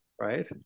right